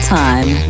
time